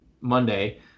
Monday